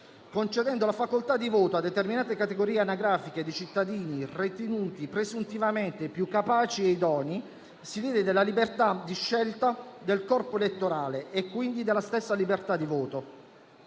Concedendo la facoltà di voto a determinate categorie anagrafiche di cittadini ritenuti presuntivamente più capaci e idonei, si lede la libertà di scelta del corpo elettorale e, quindi, la stessa libertà di voto.